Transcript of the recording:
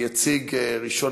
הצעות לסדר-היום מס' 6225,